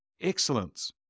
excellence